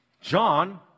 John